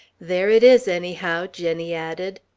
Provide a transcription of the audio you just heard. there it is, anyhow, jenny added.